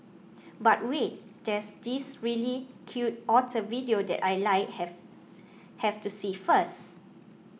but wait there's this really cute otter video that I like have have to see first